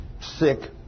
sick